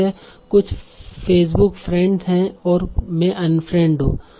मेरे कुछ Facebook friend हैं और मैं अनफ्रेंड हूं